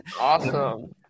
Awesome